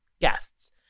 guests